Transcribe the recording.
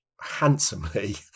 handsomely